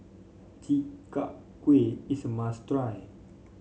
Chi Kak Kuih is a must try